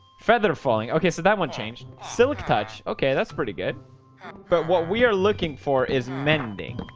feather falling. okay, so that one changed silic touch. okay. that's pretty good but what we are looking for is mending.